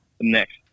next